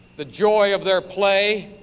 the joy of their play.